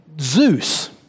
Zeus